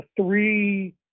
three